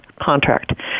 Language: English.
contract